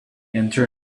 enter